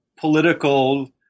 political